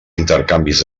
intercanvis